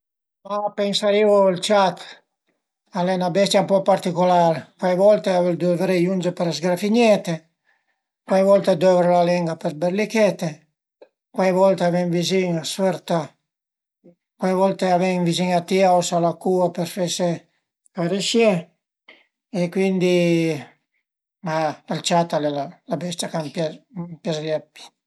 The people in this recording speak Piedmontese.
Ma pensarìu ël ciat, al e 'na bestia ën po particular, cuai volte a völ duvré le i unge për zgrafignete, cuai volte a dövra la lenga për berlichete, cuai volte a ven vizin, a s'fërta, cuai volte a ven vizin a ti e a ausa la cua për fese carësié e cuindi ël ciat al e la bestia ch'a më piazarìa dë pi